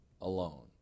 alone